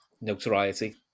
notoriety